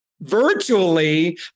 virtually